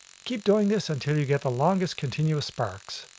keep doing this until you get the longest continuous sparks.